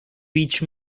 reach